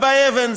אבא אבן,